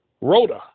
Rhoda